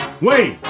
wait